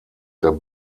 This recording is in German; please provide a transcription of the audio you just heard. der